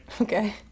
Okay